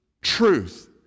truth